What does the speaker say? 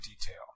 detail